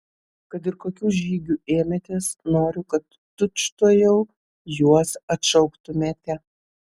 kad ir kokių žygių ėmėtės noriu kad tučtuojau juos atšauktumėte